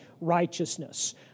righteousness